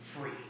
free